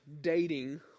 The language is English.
dating